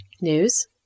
News